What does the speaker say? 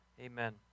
Amen